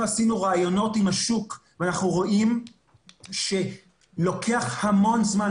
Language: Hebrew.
אנחנו עשינו ראיונות עם השוק ואנחנו רואים שלוקח המון זמן,